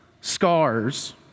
scars